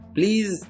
Please